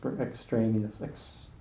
extraneous